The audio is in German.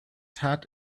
tat